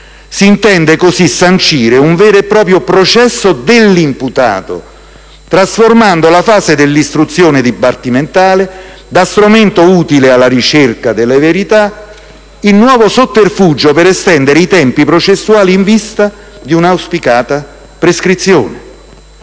Si intende così sancire un vero e proprio processo dell'imputato, trasformando la fase dell'istruzione dibattimentale da strumento utile alla ricerca delle verità in nuovo sotterfugio per estendere i tempi processuali in vista di un'auspicata prescrizione.